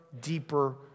deeper